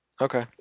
Okay